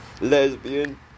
Lesbian